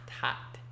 Hot